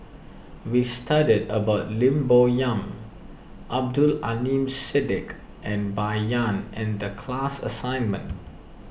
we studied about Lim Bo Yam Abdul Aleem Siddique and Bai Yan in the class assignment